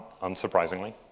unsurprisingly